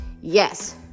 Yes